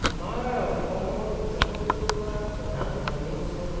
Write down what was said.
আমাৰ অসমত উদযাপন কৰোৱা প্ৰধান ধৰ্মীয় উৎসৱ